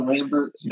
Lambert